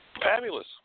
Fabulous